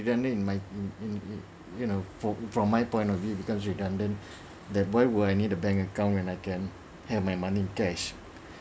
redundant in my in in it you know from from my point of view becomes redundant that why would I need the bank account when I can have my money in cash